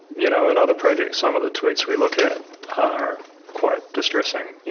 you know, in other projects some of the tweets we look at are quite distressing, you